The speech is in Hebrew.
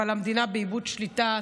אבל המדינה באיבוד שליטה טוטלי,